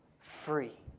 free